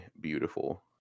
beautiful